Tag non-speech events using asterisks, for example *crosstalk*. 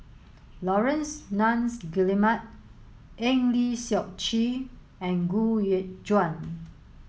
Laurence Nunns Guillemard Eng Lee Seok Chee and Gu *unintelligible* Juan